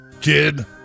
Kid